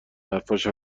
حرفاش